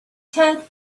tenth